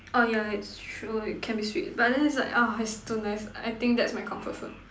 oh yeah it's true it can be sweet but then its like ah it's too nice I think thats my comfort food